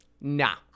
nah